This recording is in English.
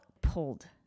pulled